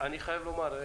אני חייב לומר,